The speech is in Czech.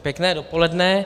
Pěkné dopoledne.